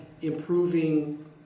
improving